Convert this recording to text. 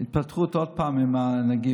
התפתחות עוד פעם עם הנגיף.